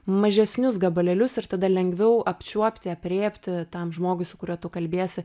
mažesnius gabalėlius ir tada lengviau apčiuopti aprėpti tam žmogui su kuriuo tu kalbiesi